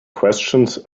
questions